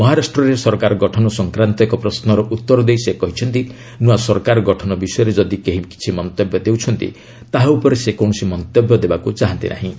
ମହାରାଷ୍ଟ୍ରରେ ସରକାର ଗଠନ ସଂକ୍ରାନ୍ତ ଏକ ପ୍ରଶ୍ନର ଉତ୍ତର ଦେଇ ସେ କହିଛନ୍ତି ନୂଆ ସରକାର ଗଠନ ବିଷୟରେ ଯଦି କେହି କିଛି ମନ୍ତବ୍ୟ ଦେଉଛନ୍ତି ତାହା ଉପରେ ସେ କୌଣସି ମନ୍ତବ୍ୟ ଦେବାକୁ ଚାହାନ୍ତି ନାହିଁ